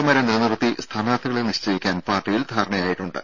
എമാരെ നിലനിർത്തി സ്ഥാനാർത്ഥികളെ നിശ്ചയിക്കാൻ പാർട്ടിയിൽ ധാരണയായിട്ടുണ്ട്